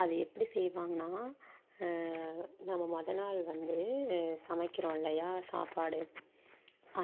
அது எப்படி செய்வாங்கன்னா நம்ம மொதல் நாள் வந்து சமைக்கிறோம் இல்லையா சாப்பாடு